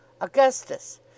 Augustus